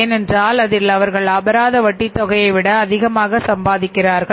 ஏனென்றால் அதில் அவர்கள் அபராத வட்டித் தொகையை விட அதிகமாக சம்பாதிக்கிறார்கள்